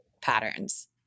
patterns